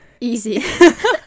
easy